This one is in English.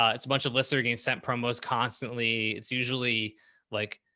ah it's a bunch of lists they're getting sent promos constantly. it's usually like.